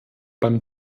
beim